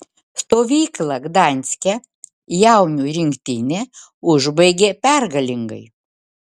stovyklą gdanske jaunių rinktinė užbaigė pergalingai